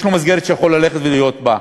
ויש לו מסגרת שהוא יכול ללכת ולהיות בה.